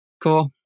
Cool